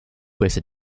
wasted